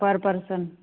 per person